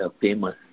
famous